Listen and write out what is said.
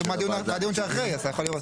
כתוב מה הדיון שאחרי, אז אתה יכול לראות.